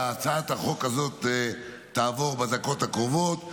והצעת החוק הזאת תעבור בדקות הקרובות.